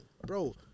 Bro